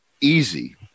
easy